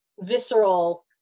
visceral